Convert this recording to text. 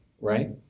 right